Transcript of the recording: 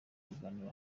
ibiganiro